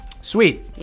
Sweet